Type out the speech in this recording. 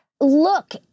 look